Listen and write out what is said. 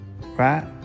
Right